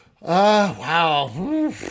wow